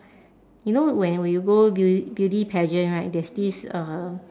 you know when when you go bea~ beauty pageant right there's this uh